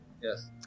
yes